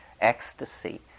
ecstasy